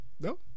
No